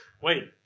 Wait